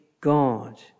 God